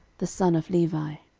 the son of levi.